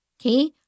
Okay